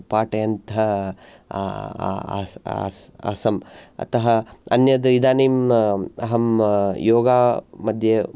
पाठयन्तः आसन् अतः अन्यद् इदानीम् अहं योगा मध्ये